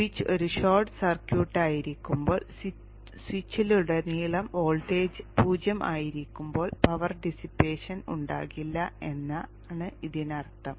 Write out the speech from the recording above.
switch ഒരു short സർക്യൂട്ടായിരിക്കുമ്പോൾ സ്വിച്ചിലുടനീളം വോൾട്ടേജ് 0 ആയിരിക്കുമ്പോൾ പവർ ഡിസ്സിപ്പേഷൻ ഉണ്ടാകില്ല എന്നാണ് ഇതിനർത്ഥം